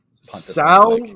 Sal